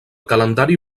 calendari